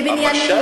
בבניינים,